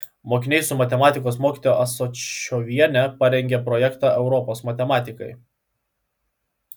mokiniai su matematikos mokytoja asačioviene parengė projektą europos matematikai